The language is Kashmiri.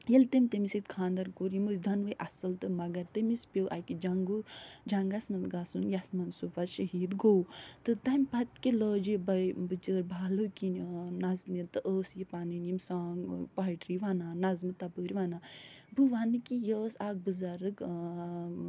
ییٚلہِ تٔمۍ تٔمِس سۭتۍ خانٛدر کوٚر یِم ٲسۍ دۄنوَے اَصٕل تہٕ مگر تٔمِس پیوٚو اکہِ جنٛگوٗ جنٛگس منٛز گَژھُن یَتھ منٛز سُہ پتہٕ شہیٖد گوٚو تہٕ پتہٕ کیٛاہ لٲج یہِ بَے بِچٲر بالو کِنۍ نژنہِ تہٕ ٲس یہِ پنٕنۍ یِم سانٛگ پویٹرٛی ونان نظمہٕ تَپٲرۍ وَنان بہٕ وَنہٕ کہِ یہِ ٲس اکھ بٕزرٕگ